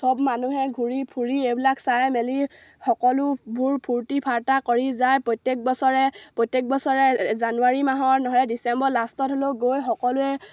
চব মানুহে ঘূৰি ফুৰি এইবিলাক চাই মেলি সকলোবোৰ ফূৰ্তি ফাৰ্তা কৰি যায় প্ৰত্যেক বছৰে প্ৰত্যেক বছৰে জানুৱাৰী মাহৰ নহয় ডিচেম্বৰ লাষ্টত হ'লেও গৈ সকলোৱে